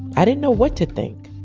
i didn't know what to think